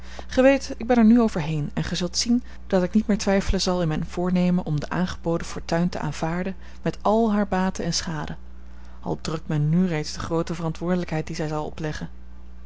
ik ben er nu overheen en gij zult zien dat ik niet meer weifelen zal in mijn voornemen om de aangeboden fortuin te aanvaarden met al hare baten en schaden al drukt mij nu reeds de groote verantwoordelijkheid die zij zal opleggen